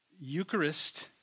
Eucharist